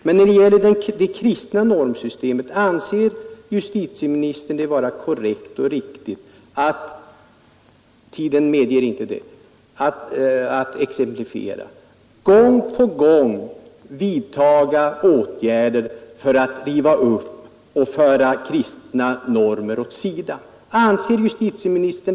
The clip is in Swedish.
Men anser justitieministern det vara korrekt och riktigt att — tiden 11 medeger inte att jag exemplifierar — gång på gång vidtaga åtgärder för ett upprivande av det kristna normsystemet.